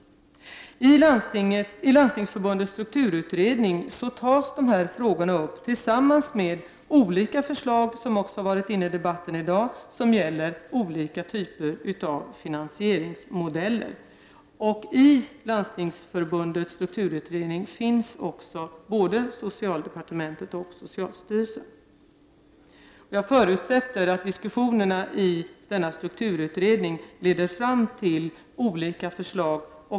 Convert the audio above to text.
I Landstingsförbundets strukturutredning tas de här frågorna upp tillsammans med olika förslag, vilka också förekommit i debatten i dag, som gäller olika typer av finansieringsmodeller. I Landstingsförbundets strukturutredning deltar både socialdepartementet och socialstyrelsen. Jag förutsätter att diskussionerna i denna strukturutredning leder fram till olika förslag.